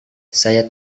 saya